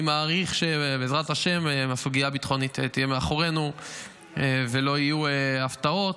אני מעריך שבעזרת השם הסוגיה הביטחונית תהיה מאחורינו ולא יהיו הפתעות,